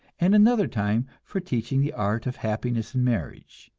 and another time for teaching the art of happiness in marriage,